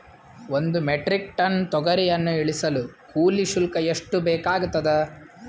ಒಂದು metric tonne ತೊಗರಿಯನ್ನು ಇಳಿಸಲು ಕೂಲಿ ಶುಲ್ಕ ಎಷ್ಟು ಬೇಕಾಗತದಾ?